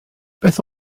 beth